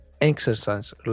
exercise